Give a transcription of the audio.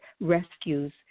rescues